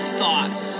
thoughts